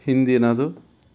ಹಿಂದಿನದು